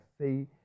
say